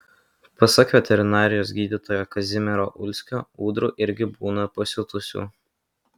pasak veterinarijos gydytojo kazimiero ulskio ūdrų irgi būna pasiutusių